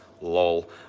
Lol